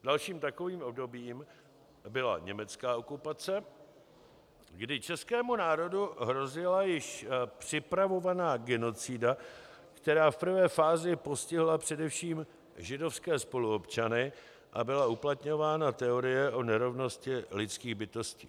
Dalším takovým obdobím byla německá okupace, kdy českému národu hrozila již připravovaná genocida, která v prvé fázi postihla především židovské spoluobčany, a byla uplatňována teorie o nerovnosti lidských bytostí.